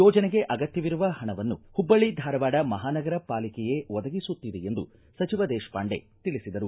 ಯೋಜನೆಗೆ ಅಗತ್ತವಿರುವ ಪಣವನ್ನು ಹುಬ್ಬಳ್ಳಿ ಧಾರವಾಡ ಮಹಾನಗರ ಪಾಲಿಕೆಯೇ ಒದಗಿಸುತ್ತಿದೆ ಎಂದು ಸಚಿವ ದೇಶಪಾಂಡೆ ಹೇಳಿದ್ದಾರೆ